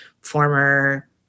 former